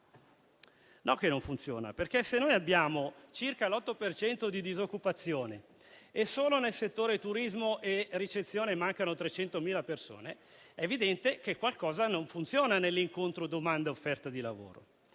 No che non funziona, perché se abbiamo circa l'8 per cento di disoccupazione e solo nel settore turismo e ricezione mancano 300.000 persone, è evidente che qualcosa non funziona nell'incontro fra domanda e offerta di lavoro.